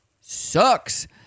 sucks